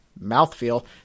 mouthfeel